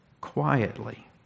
quietly